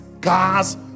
cars